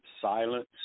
silence